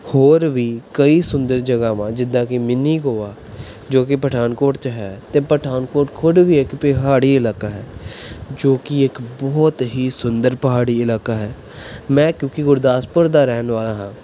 ਹੋਰ ਵੀ ਕਈ ਸੁੰਦਰ ਜਗ੍ਹਾਵਾਂ ਜਿੱਦਾਂ ਕੀ ਮਿਨੀ ਗੋਆ ਜੋ ਕਿ ਪਠਾਨਕੋਟ 'ਚ ਹੈ ਅਤੇ ਪਠਾਨਕੋਟ ਖੁਦ ਵੀ ਇੱਕ ਪਿਹਾੜੀ ਇਲਾਕਾ ਹੈ ਜੋ ਕਿ ਇੱਕ ਬਹੁਤ ਹੀ ਸੁੰਦਰ ਪਹਾੜੀ ਇਲਾਕਾ ਹੈ ਮੈਂ ਕਿਉਂਕਿ ਗੁਰਦਾਸਪੁਰ ਦਾ ਰਹਿਣ ਵਾਲਾ ਹਾਂ